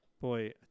boy